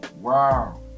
wow